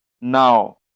now